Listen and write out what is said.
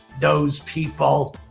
those people,